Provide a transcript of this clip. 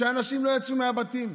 כשאנשים לא יצאו מהבתים,